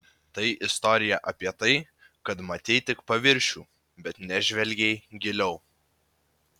tai istorija apie tai kad matei tik paviršių bet nežvelgei giliau